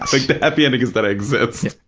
like, the happy ending is that i